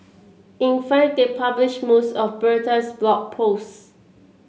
in fact they published most of Bertha's Blog Posts